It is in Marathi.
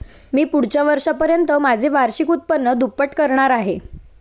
मी पुढच्या वर्षापर्यंत माझे वार्षिक उत्पन्न दुप्पट करणार आहे